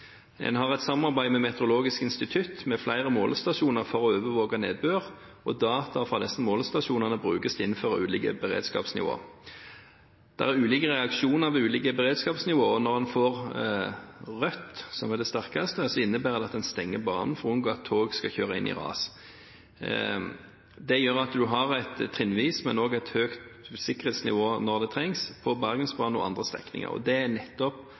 En har et samarbeid med Meteorologisk institutt med flere målestasjoner for å overvåke nedbør, og data fra disse målestasjonene brukes innenfor ulike beredskapsnivå. Det er ulike reaksjoner ved ulike beredskapsnivå, og når en får rødt, som er det sterkeste, så innebærer det at en stenger banen for å unngå at tog skal kjøre inn i ras. Det gjør at en har et trinnvis sikkerhetsnivå, men også et høyt sikkerhetsnivå når det trengs, på Bergensbanen og andre strekninger, og det er nettopp